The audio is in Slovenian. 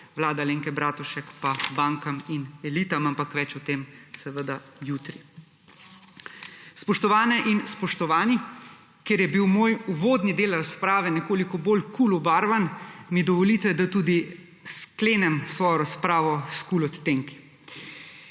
vlada Alenke Bratušek pa bankam in elitam, ampak več o tem seveda jutri. Spoštovane in spoštovani, ker je bil moj uvodni del razprave nekoliko bolj KUL obarvan, mi dovolite, da tudi sklenem svojo razpravo s KUL odtenki.